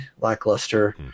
lackluster